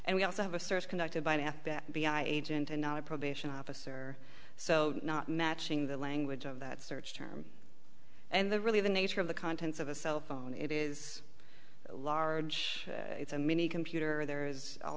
and we also have a search conducted by an f b i agent and now a probation officer so not matching the language of that search term and the really the nature of the contents of a cell phone it is large it's a mini computer there is all